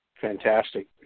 Fantastic